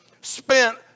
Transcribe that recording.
spent